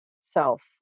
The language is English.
self